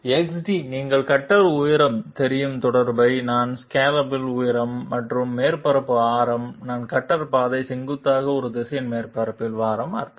XD நீங்கள் cutter உயரம் தெரியும் தொடர்புடைய நான் ஸ்கேலோப் உயரம் மற்றும் மேற்பரப்பு ஆரம் நான் கட்டர் பாதை செங்குத்தாக ஒரு திசையில் மேற்பரப்பில் வளைவு ஆரம் அர்த்தம்